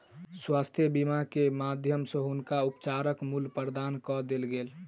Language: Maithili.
स्वास्थ्य बीमा के माध्यम सॅ हुनकर उपचारक मूल्य प्रदान कय देल गेल